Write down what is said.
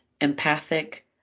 empathic